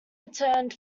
returned